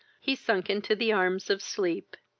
he sunk into the arms of sleep.